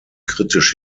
kritisch